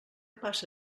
passa